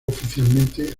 oficialmente